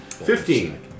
Fifteen